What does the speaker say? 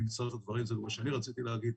אני מסייג הדברים , זה לא מה שאני רציתי להגיד.